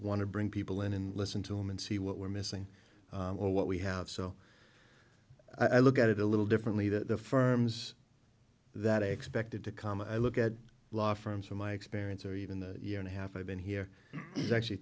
want to bring people in and listen to him and see what we're missing or what we have so i look at it a little differently that the firms that i expected to comma i look at law firms for my experience or even the year and a half i've been here actually